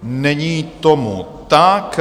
Není tomu tak.